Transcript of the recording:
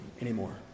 anymore